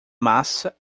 massa